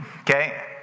okay